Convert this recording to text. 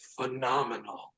phenomenal